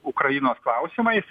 ukrainos klausimais